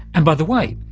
and by the way,